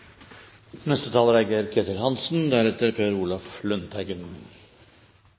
Neste taler er Ketil